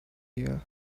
here